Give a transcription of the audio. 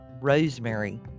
rosemary